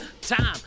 time